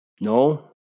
No